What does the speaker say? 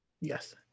Yes